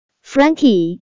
Frankie